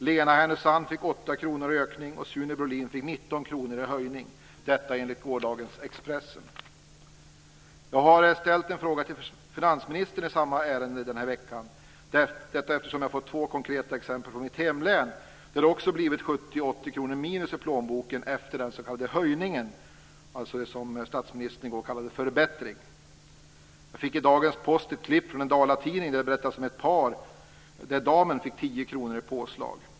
Lena i Härnösand fick Jag har ställt en fråga till finansministern i samma ärende den här veckan eftersom jag har fått två konkreta exempel från mitt hemlän där det också blivit 70-80 kr minus i plånboken efter den s.k. höjning som statsministern i går kallade förbättring. Jag fick i dagens post ett klipp från en dalatidning där det berättas om ett par där damen fick 10 kr i påslag.